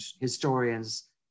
historians